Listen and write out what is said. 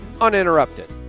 Uninterrupted